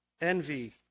envy